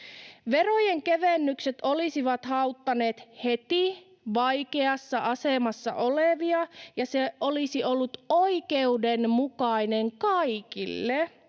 Verojen kevennykset olisivat auttaneet heti vaikeassa asemassa olevia, ja se olisi ollut oikeudenmukaista kaikille.